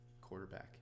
quarterback